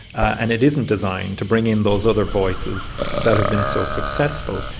and it isn't designed to bring in those other voices that have been so successful.